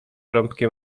rąbkiem